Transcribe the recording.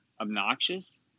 obnoxious